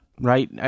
right